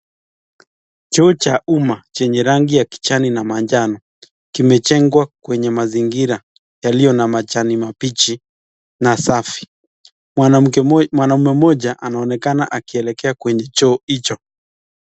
Choo cha umma chenye rangi ya kijani na manjano kimejengwa kwenye mazingira yaliyona majani mabichi na safi. Mwanaume mmoja anaonekana akielekea kwenye choo hicho.